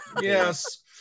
Yes